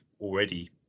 already